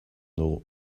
dugu